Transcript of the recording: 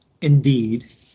Indeed